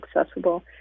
accessible